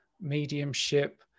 mediumship